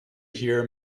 hear